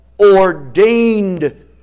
ordained